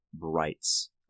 rights